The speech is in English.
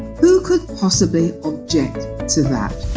who could possibly object to that?